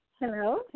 Hello